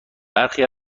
برخی